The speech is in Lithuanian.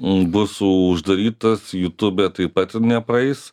bus uždarytas jutūbe taip pat nepraeis